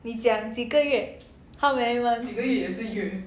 你讲几个月 how many months